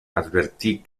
advertí